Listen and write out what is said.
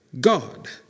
God